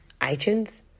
iTunes